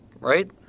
right